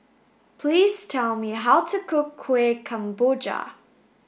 please tell me how to cook Kueh Kemboja